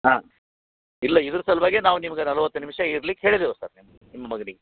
ಹಾಂ ಇಲ್ಲ ಇದ್ರ ಸಲುವಾಗೇ ನಾವು ನಿಮ್ಗೆ ನಲ್ವತ್ತು ನಿಮಿಷ ಇರ್ಲಿಕ್ಕೆ ಹೇಳಿದ್ದೇವೆ ಸರ್ ನಿಮ್ಗೆ ನಿಮ್ಮ ಮಗ್ನಿಗೆ